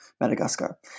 Madagascar